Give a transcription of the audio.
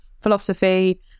philosophy